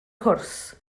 cwrs